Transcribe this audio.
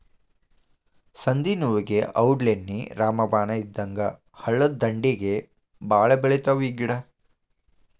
ಸಂದನೋವುಗೆ ಔಡ್ಲೇಣ್ಣಿ ರಾಮಬಾಣ ಇದ್ದಂಗ ಹಳ್ಳದಂಡ್ಡಿಗೆ ಬಾಳ ಬೆಳಿತಾವ ಈ ಗಿಡಾ